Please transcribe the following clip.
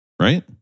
Right